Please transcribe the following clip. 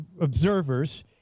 observers